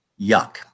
Yuck